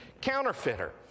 Counterfeiter